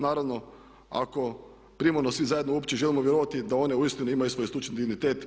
Naravno ako primarno svi zajedno uopće želimo vjerovati da one uistinu imaju svoj stručni dignitet.